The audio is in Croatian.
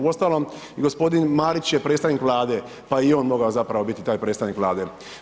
Uostalom i gospodin Marić je predstavnika Vlade, pa je i on mogao zapravo biti taj predstavnik Vlade.